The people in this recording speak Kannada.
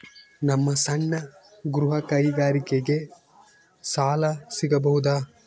ನಮ್ಮ ಸಣ್ಣ ಗೃಹ ಕೈಗಾರಿಕೆಗೆ ಸಾಲ ಸಿಗಬಹುದಾ?